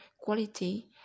quality